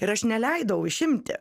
ir aš neleidau išimti